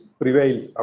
prevails